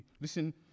Listen